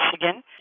Michigan